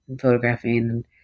photographing